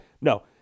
No